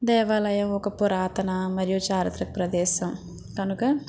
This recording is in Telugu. దేవాలయం ఒక పురాతన మరియు చారిత్రక ప్రదేశం కనుక